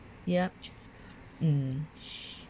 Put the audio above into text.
yup mm